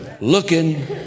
looking